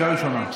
קריאה ראשונה.